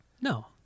No